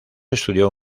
estudió